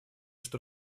что